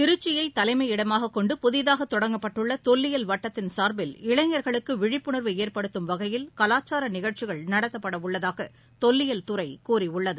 திருச்சியை தலைமையிடமாக கொண்டு புதிதாக தொடங்கப்பட்டுள்ள தொல்லியல் வட்டத்தின் சார்பில் இளைஞர்களுக்கு விழிப்புணர்வு நிகழ்ச்சிகள் ஏற்படுத்தும் வகையில் கலாச்சார நடத்தப்படவுள்ளதாக தொல்லியல் துறை கூறியுள்ளது